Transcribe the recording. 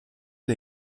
une